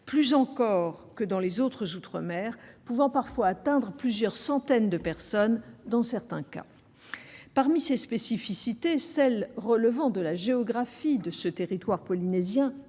plus encore que dans les autres outre-mer -, pouvant atteindre plusieurs centaines de personnes dans certains cas. Parmi ces spécificités, celle relevant de la géographie n'est pas la moindre